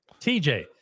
TJ